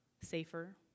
safer